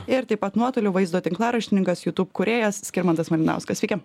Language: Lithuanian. ir taip pat nuotolių vaizdo tinklaraštininkas jutub kūrėjas skirmantas malinauskas sveiki